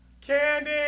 Candy